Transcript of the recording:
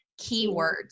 keywords